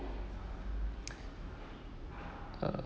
uh